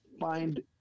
find